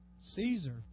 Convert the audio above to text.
Caesar